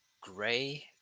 Gray